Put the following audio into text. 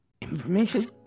information